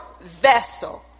vessel